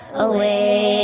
away